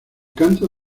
canto